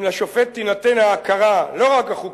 אם לשופט תינתן ההכרה, לא רק החוקית,